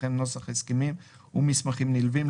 וכן נוסח הסכמים ומסמכים נלווים,